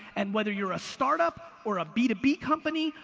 and whether you're a startup, or a b two b company,